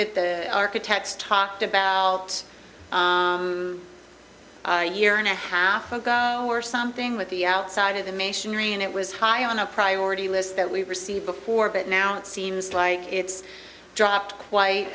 that the architects talked about a year and a half ago or something with the outside of the masonry and it was high on the priority list that we've received before but now it seems like it's dropped quite